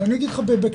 אבל אני אגיד בקצרה,